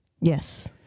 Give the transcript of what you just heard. Yes